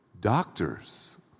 Doctors